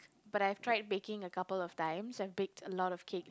but I've tried baking a couple of times I've baked a lot of cake